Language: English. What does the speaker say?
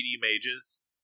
Mages